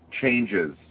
changes